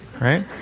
right